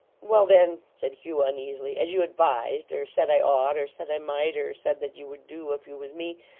well then said hugh uneasily, as you advised, or said i ought, or said i might, or said that you would do, if you was me.